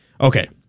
Okay